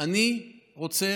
אני רוצה